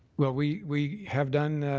well, we we have done